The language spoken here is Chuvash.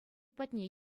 патне